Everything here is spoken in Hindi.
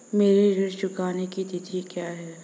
मेरे ऋण चुकाने की तिथि क्या है?